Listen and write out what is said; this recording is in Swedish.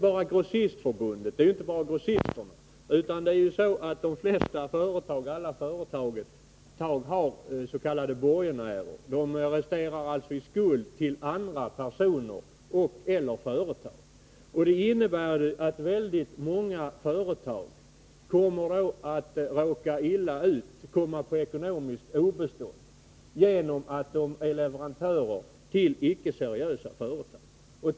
Det gäller inte bara grossisterna. De flesta företag har s.k. borgenärer. Företagen står alltså i skuld till andra personer eller företag. Det innebär att väldigt många företag kommer att råka illa ut och hamna på ekonomiskt obestånd genom att de är leverantörer till icke seriösa företag.